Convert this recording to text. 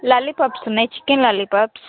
lollipops ఉన్నాయి chicken lollipops